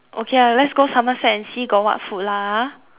okay lah let's go Somerset and see got what food lah ah